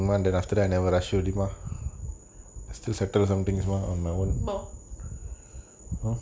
!ow!